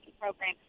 program